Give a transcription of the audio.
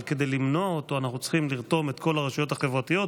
אבל כדי למנוע אותו אנחנו צריכים לרתום את כל הרשויות החברתיות.